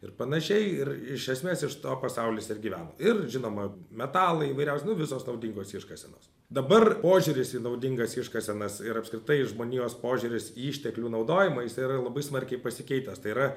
ir panašiai ir iš esmės iš to pasaulis ir gyveno ir žinoma metalai įvairiausi nu visos naudingos iškasenos dabar požiūris į naudingas iškasenas ir apskritai žmonijos požiūris į išteklių naudojimą jisai yra labai smarkiai pasikeitęs tai yra